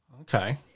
Okay